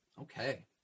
Okay